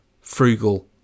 frugal